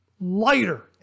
lighter